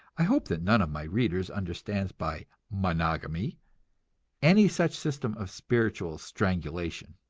i hope that none of my readers understands by monogamy any such system of spiritual strangulation.